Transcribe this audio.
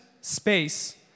space